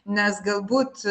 nes galbūt